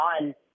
on